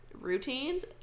routines